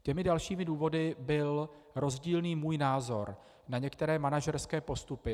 Těmi dalšími důvody byl rozdílný názor na některé manažerské postupy.